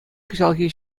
кӑҫалхи